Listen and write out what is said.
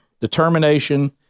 determination